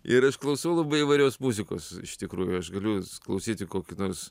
ir aš klausau labai įvairios muzikos iš tikrųjų aš galiu klausyti kokį nors